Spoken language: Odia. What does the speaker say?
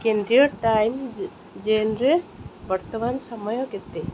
କେନ୍ଦ୍ରୀୟ ଟାଇମ୍ ଜ ଜେନ୍ରେ ବର୍ତ୍ତମାନ ସମୟ କେତେ